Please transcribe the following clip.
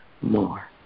more